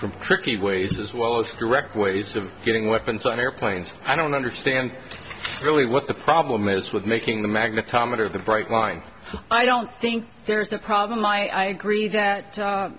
from tricky ways as well as correct ways of getting weapons on airplanes i don't understand really what the problem is with making the magnetometer the bright line i don't think there's a problem i agree that